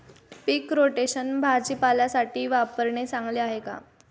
पीक rotation भाजीपाल्यासाठी वापरणे चांगले आहे का?